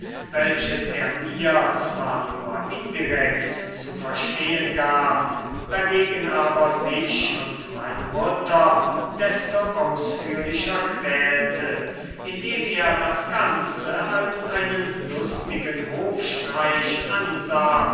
welches er mir zwar nur indirekt zu verstehen gab dagegen aber sich und meine mutter desto ausführlicher quälte indem er das ganze als einen lustigen hofstreich ansah